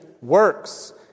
works